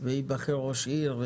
וייבחר ראש עיר.